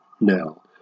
now